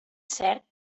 cert